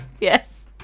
Yes